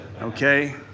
okay